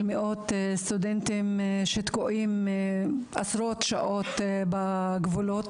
על מאות סטודנטים שתקועים עשרות שעות בגבולות.